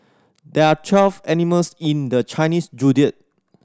there are twelve animals in the Chinese Zodiac